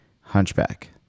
Hunchback